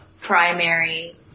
primary